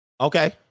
Okay